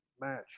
match